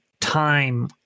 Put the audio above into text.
time